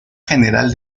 general